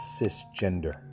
cisgender